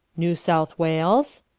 new south wales?